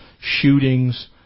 shootings